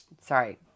Sorry